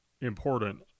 important